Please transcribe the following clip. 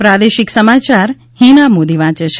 પ્રાદેશિક સમાચાર હિના મોદી વાંચ છે